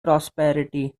prosperity